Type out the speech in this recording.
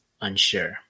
unsure